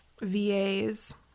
VAs